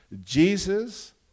Jesus